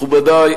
מכובדי,